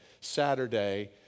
Saturday